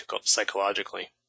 psychologically